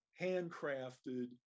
handcrafted